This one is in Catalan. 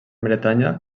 bretanya